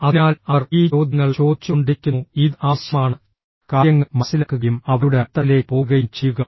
അതിനാൽ അവർ ഈ ചോദ്യങ്ങൾ ചോദിച്ചുകൊണ്ടിരിക്കുന്നു ഇത് ആവശ്യമാണ് കാര്യങ്ങൾ മനസിലാക്കുകയും അവയുടെ അടിത്തട്ടിലേക്ക് പോകുകയും ചെയ്യുക